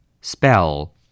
Spell